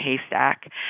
haystack